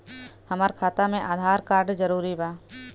हमार खाता में आधार कार्ड जरूरी बा?